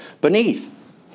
beneath